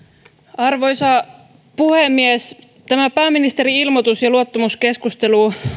arvoisa puhemies tämä pääministerin ilmoitus ja luottamuskeskustelu